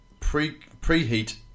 preheat